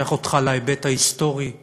לוקח אותך להיבט ההיסטורי ולמקרו.